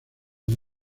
han